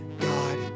God